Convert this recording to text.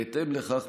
בהתאם לכך,